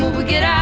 to get